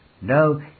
No